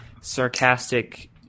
sarcastic